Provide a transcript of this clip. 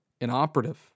Inoperative